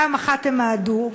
פעם אחת הם מעדו,